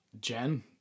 Jen